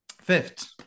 fifth